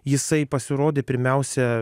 jisai pasirodė pirmiausia